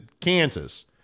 Kansas